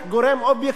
ולא גורם